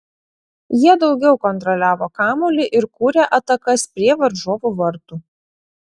jie daugiau kontroliavo kamuolį ir kūrė atakas prie varžovų vartų